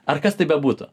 ar kas tai bebūtų